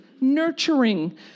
nurturing